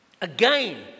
Again